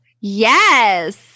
Yes